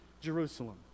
Jerusalem